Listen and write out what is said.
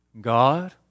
God